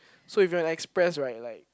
so if you are an express right like